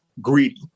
greedy